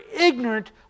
ignorant